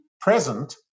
present